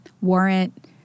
warrant